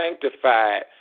sanctified